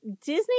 Disney